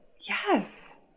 Yes